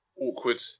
awkward